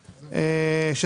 כפי שאמרתי לכם, הייתי מופתע.